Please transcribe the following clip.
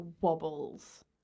wobbles